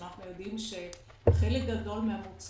ואנחנו יודעים שמחירם של חלק גדול מהמוצרים